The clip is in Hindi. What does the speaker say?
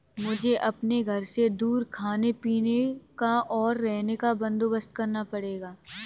मुझे अपने घर से दूर खाने पीने का, और रहने का बंदोबस्त करना पड़ेगा